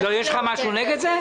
יש לך משהו נגד זה?